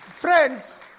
Friends